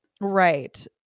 Right